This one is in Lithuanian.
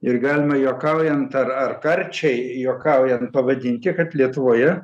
ir galima juokaujant ar ar karčiai juokauja nu pavadinti kad lietuvoje